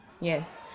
yes